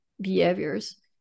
behaviors